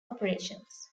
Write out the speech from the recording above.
operations